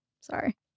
Sorry